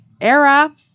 era